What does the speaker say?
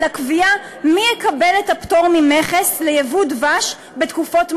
לקביעה מי יקבל את הפטור ממכס על ייבוא דבש בתקופות מחסור.